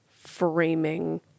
framing